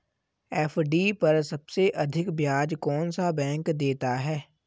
FD पर सबसे अधिक ब्याज कौन सा बैंक देता है?